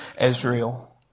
Israel